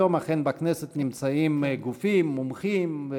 היום, אכן, בכנסת נמצאים גופים, מומחים.